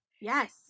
yes